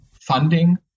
funding